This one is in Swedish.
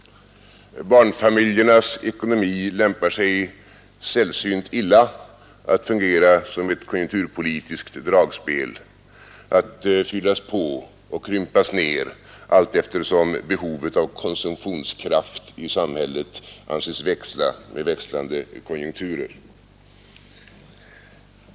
Barnfamiljernas ekonomi lämpar sig sällsynt illa att fungera som ett konjunkturpolitiskt dragspel, att fyllas på och krympas ner allteftersom behovet av konsumtionskraft i samhället anses växla med växlande konjunkturer.